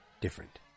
different